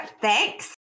Thanks